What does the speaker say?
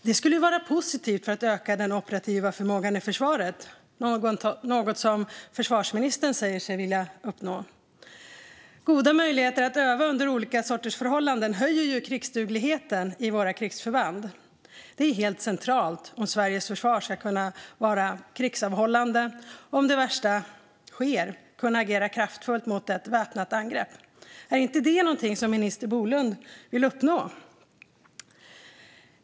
Det skulle vara positivt för att öka den operativa förmågan i försvaret, något som försvarsministern säger sig vilja uppnå. Goda möjligheter att öva under olika sorters förhållanden höjer krigsdugligheten i våra krigsförband. Det är helt centralt om Sveriges försvar ska kunna vara krigsavhållande och, om det värsta sker, kunna agera kraftfullt mot ett väpnat angrepp. Är inte det någonting som minister Bolund vill uppnå?